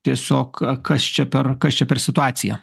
tiesiog kas čia per kas čia per situacija